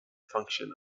function